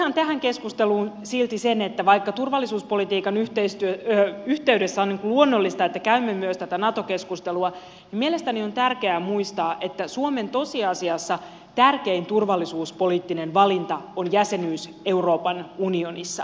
totean tähän keskusteluun silti sen että vaikka turvallisuuspolitiikan yhteydessä on luonnollista että käymme myös tätä nato keskustelua niin mielestäni on tärkeää muistaa että suomen tosiasiassa tärkein turvallisuuspoliittinen valinta on jäsenyys euroopan unionissa